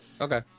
Okay